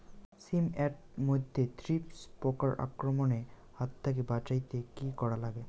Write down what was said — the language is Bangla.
শিম এট মধ্যে থ্রিপ্স পোকার আক্রমণের হাত থাকি বাঁচাইতে কি করা লাগে?